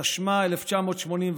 התשמ"א 1981,